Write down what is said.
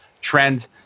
trend